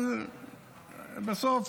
אבל בסוף